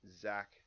Zach